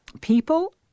people